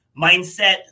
mindset